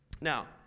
Now